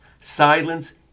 Silence